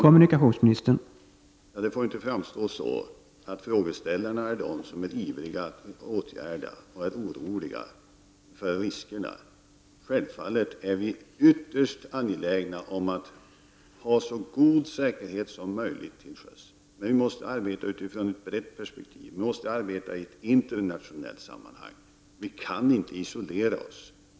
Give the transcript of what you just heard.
Herr talman! Det får inte framstå som att just frågeställarna är de som är ivriga att åtgärda och de som är oroliga för riskerna. Självfallet är vi ytterst angelägna om att ha så god säkerhet som möjligt till sjöss. Men vi måste arbeta från ett brett perspektiv. Vi måste arbeta i internationella sammanhang. Vi kan inte isolera oss.